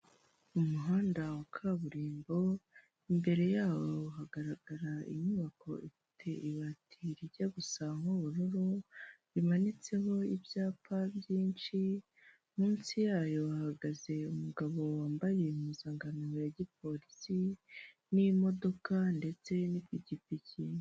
Mu muhanda wa kaburimbo imbere yawo hagaragara inyubako ifite ibati rijya gusa nk'ubururu rimanitseho ibyapa byinshi munsi yayo hahagaze umugabo wambaye impuzankano ya gipolisi n'imodoka ndetse n'ipikipiki.